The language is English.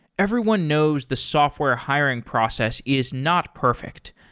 everyone knows the software hiring process is not perfect.